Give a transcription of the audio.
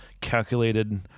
calculated